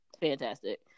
fantastic